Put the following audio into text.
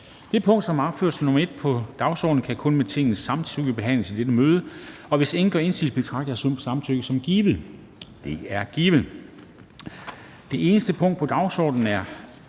Det punkt, der er opført som nr. 1 på dagsordenen, kan kun med Tingets samtykke behandles i dette møde. Hvis ingen gør indsigelse, betragter jeg samtykket som givet. Det er givet. --- Det eneste punkt på dagsordenen er: